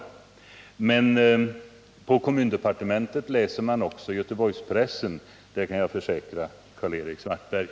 Men jag kan försäkra Karl-Erik Svartberg att man på kommundepartementet läser också Göteborgspressen.